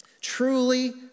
truly